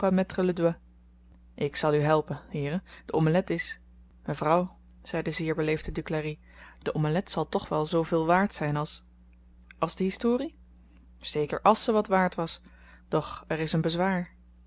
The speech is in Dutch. doigt ik zal u helpen heeren de omelet is mevrouw zei de zeer beleefde duclari de omelet zal toch wel zooveel waard zyn als als de historie zeker als ze wat waard was doch er is een bezwaar